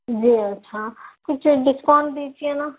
جی اچھا کچھ ڈسکاؤنٹ دیجیے نا